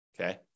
Okay